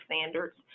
standards